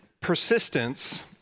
persistence